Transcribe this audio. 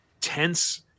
tense